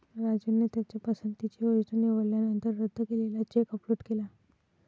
राजूने त्याच्या पसंतीची योजना निवडल्यानंतर रद्द केलेला चेक अपलोड केला